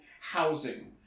housing